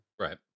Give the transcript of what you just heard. right